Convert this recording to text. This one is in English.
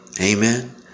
Amen